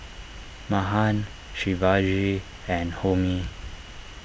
Mahan Shivaji and Homi